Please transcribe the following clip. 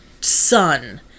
son